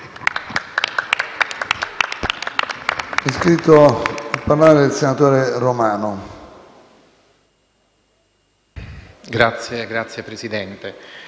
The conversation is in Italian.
Grazie, presidente